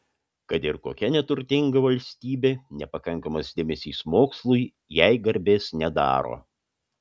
kad ir kokia neturtinga valstybė nepakankamas dėmesys mokslui jai garbės nedaro